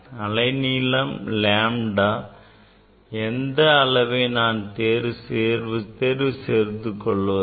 அலை நீளம் lambda எந்த அளவை நான் தேர்வு செய்து கொள்வது